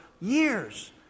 years